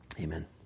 Amen